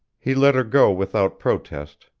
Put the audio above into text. he let her go without protest,